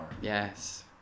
Yes